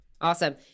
Awesome